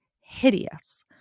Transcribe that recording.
hideous